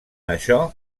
això